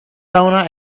sauna